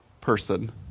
person